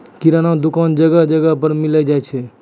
किराना दुकान जगह जगह पर मिली जाय छै